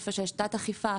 איפה יש תת אכיפה,